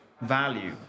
value